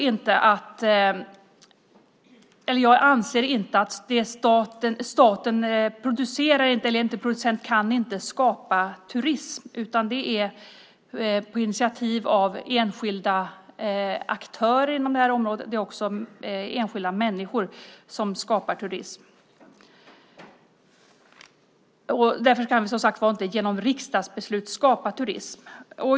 Staten kan inte skapa turism, utan det sker på initiativ från enskilda aktörer inom området. Också enskilda människor skapar turism. Således kan vi, som sagt, inte genom riksdagsbeslut skapa turism.